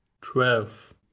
twelve